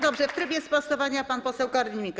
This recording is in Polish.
Dobrze, w trybie sprostowania pan poseł Korwin-Mikke.